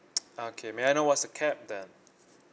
okay may I know what's the cap then